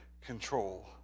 control